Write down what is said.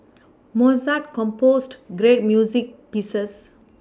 Mozart composed great music pieces